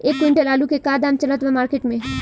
एक क्विंटल आलू के का दाम चलत बा मार्केट मे?